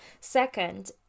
Second